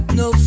no